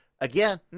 Again